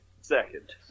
second